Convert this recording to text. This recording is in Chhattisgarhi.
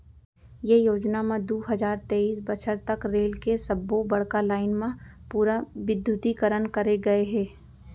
ये योजना म दू हजार तेइस बछर तक रेल के सब्बो बड़का लाईन म पूरा बिद्युतीकरन करे गय हे